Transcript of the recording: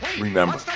remember